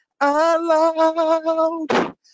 Aloud